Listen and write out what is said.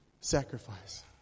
sacrifice